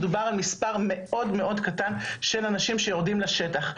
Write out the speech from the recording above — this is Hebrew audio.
מדובר על מספר מאוד קטן של אנשים שיורדים לשטח.